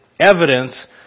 evidence